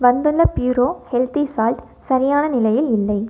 வந்துள்ள Puro healthy salt சரியான நிலையில் இல்லை